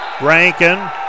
Rankin